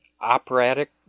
operatic